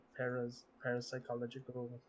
parapsychological